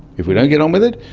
if we don't get on with it,